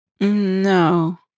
No